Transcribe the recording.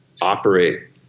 operate